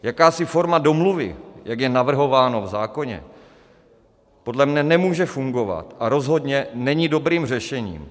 Jakási forma domluvy, jak je navrhováno v zákoně, podle mě nemůže fungovat a rozhodně není dobrým řešením.